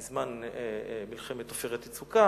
בזמן מלחמת "עופרת יצוקה"